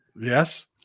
Yes